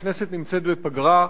הכנסת נמצאת בפגרה,